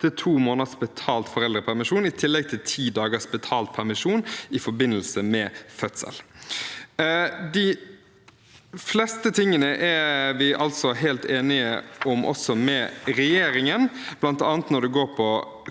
til to måneders betalt foreldrepermisjon i tillegg til ti dagers betalt permisjon i forbindelse med fødsel. De fleste tingene er vi helt enige om, også med regjeringen, bl.a. når det gjelder